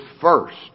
first